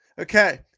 Okay